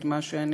את מה שאני,